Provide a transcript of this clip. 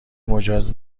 مجاز